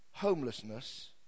homelessness